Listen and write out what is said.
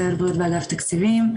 צוות בריאות באגף תקציבים,